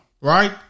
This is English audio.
Right